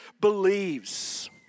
believes